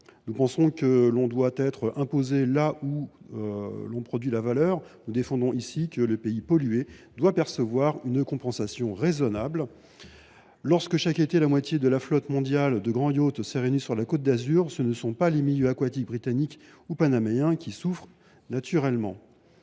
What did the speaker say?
Nous pensons que l’on doit être imposé là où l’on produit la valeur et que le pays pollué doit percevoir une compensation raisonnable. Lorsque, chaque été, la moitié de la flotte mondiale de grands yachts se réunit sur la Côte d’Azur, ce ne sont évidemment pas les milieux aquatiques britanniques ou panaméens qui souffrent ! Le gouvernement